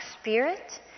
spirit